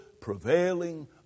prevailing